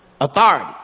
authority